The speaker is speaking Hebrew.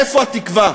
איפה התקווה?